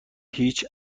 هیچ